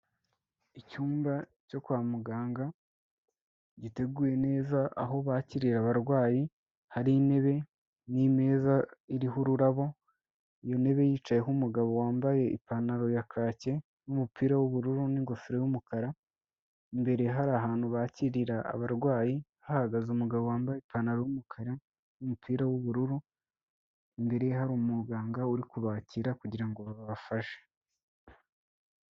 Icyumba cyo kwa muganga giteguye neza aho bakiriye abarwayi, hari intebe n'imeza iriho ururabo, iyo ntebe yicayeho umugabo wambaye ipantaro ya kake, n'umupira w'ubururu n'ingofero y'umukara, imbere hari ahantu bakirira abarwayi hahagaze umugabo wambaye ipantaro y'umukara n'umupira w'ubururu imbere hari umuganga uri kubakira kugira ngo babafashe.